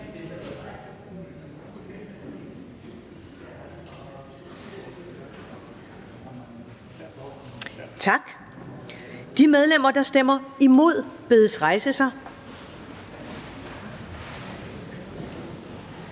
Tak. De medlemmer, der stemmer imod, bedes rejse sig.